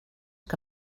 que